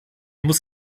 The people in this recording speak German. muss